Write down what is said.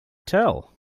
tell